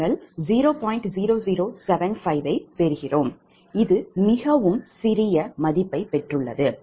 0075 ஐப் பெறுகிறோம் இது மிகவும் சிறியது